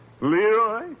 Leroy